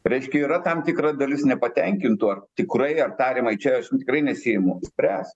reiškia yra tam tikra dalis nepatenkintų ar tikrai ar tariamai čia aš tikrai nesiimu spręst